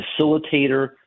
facilitator